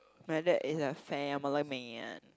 my dad is a family man